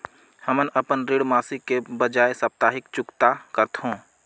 हमन अपन ऋण मासिक के बजाय साप्ताहिक चुकता करथों